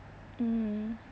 mm